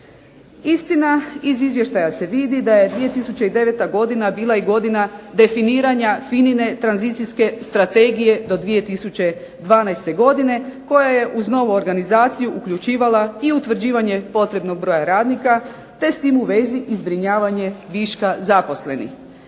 Istina iz izvještaja se vidi da je 2009. godina bila godina definiranja FINA-ine tranzicijske strategije do 2012. godine koja je uz novu organizaciju utvrđivala i potrebni broj radnika, te s tim u vezi i zbrinjavanje viška zaposlenih